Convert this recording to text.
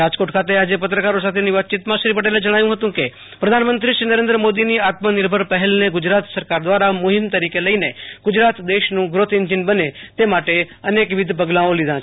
રાજકોટ ખાતે પત્રકારો સાથેની વાતચીતમાં શ્રી પટેલે જણાવ્યું હતું કે પ્રધાનમંત્રી નરેન્દ્ર મોદીની આત્મનિર્ભર પહેલને ગુજરાત સરકારે ખાસ મુહિમ તરીકે લઈને ગુજરાત દેશનું ગ્રોથ એન્જીન બને તે માટે અનેકવિધ પગલાઓ લીધા છે